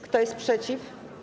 Kto jest przeciw?